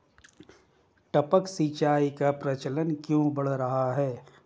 टपक सिंचाई का प्रचलन क्यों बढ़ रहा है?